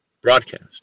broadcast